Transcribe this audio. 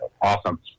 Awesome